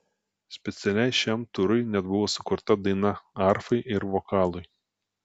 specialiai šiam turui net buvo sukurta daina arfai ir vokalui